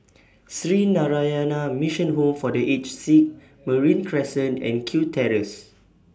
Sree Narayana Mission Home For The Aged Sick Marine Crescent and Kew Terrace